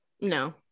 no